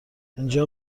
اینجا